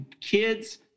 kids